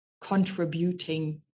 contributing